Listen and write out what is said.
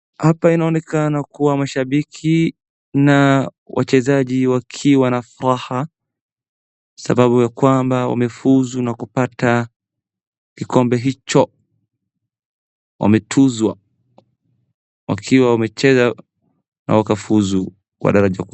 Hapa inaonekana kuwa mashabiki na wachezaji wakiwa na furaha sababu ya kwamba wamefuzu na kupata kikombe hicho wametuzwa wakiwa wamecheza na wakafuzu.